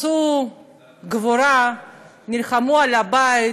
בגבורה נלחמו על הבית,